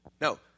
No